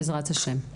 בעזרת השם.